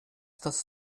dass